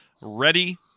Ready